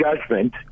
judgment